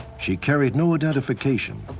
she carried no identification.